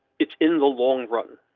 it's in the long run.